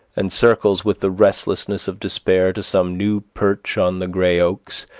and circles with the restlessness of despair to some new perch on the gray oaks.